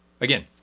again